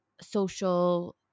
social